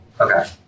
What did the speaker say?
Okay